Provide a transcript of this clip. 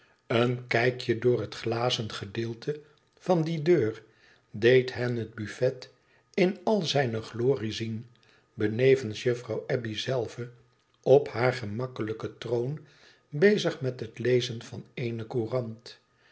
een kijkje door het glazen gedeelte van die deur deed hen het buffet in al zijne glorie zien benevens juffrouw abbey zelve op haar geraakkelijken troon bezig met het lezen van eene courant